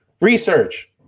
research